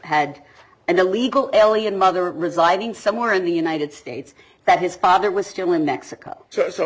had an illegal alien mother residing somewhere in the united states that his father was still in mexico